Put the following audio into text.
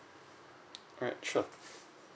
alright sure